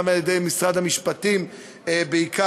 גם על-ידי משרד המשפטים,